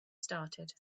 started